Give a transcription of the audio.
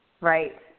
Right